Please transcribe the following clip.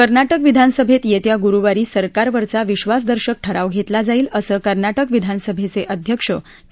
कर्नाटक विधानसभेत येत्या गुरुवारी सरकारवरचा विश्वासदर्शक ठराव घेतला जाईल असं कर्नाटक विधानसभेच अध्यक्ष के